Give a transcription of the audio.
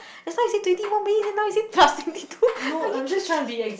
that's why you said twenty more minutes then now you said plus twenty two are you kidding